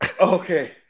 Okay